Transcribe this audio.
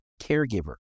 caregiver